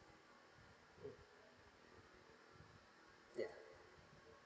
mm yeah